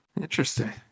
interesting